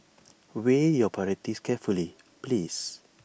weigh your priorities carefully please